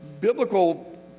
biblical